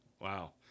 Wow